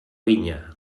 vinya